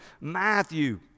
Matthew